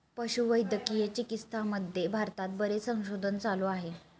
पशुवैद्यकीय चिकित्सामध्ये भारतात बरेच संशोधन चालू आहे